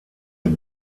mit